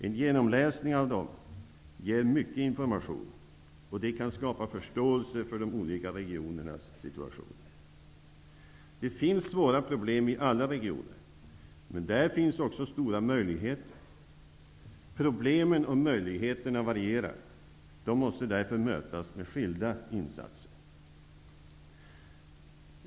En genomläsning av dem ger mycket information, och det kan skapa förståelse för de olika regionernas situation. Det finns svåra problem i alla regioner, men där finns också stora möjligheter. Problemen och möjligheterna varierar. De måste därför mötas med skilda insatser.